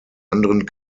anderen